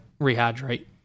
rehydrate